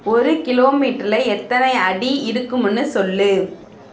ஒரு கிலோமீட்டரில் எத்தனை அடி இருக்குமுன்னு சொல்